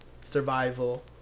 survival